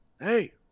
Hey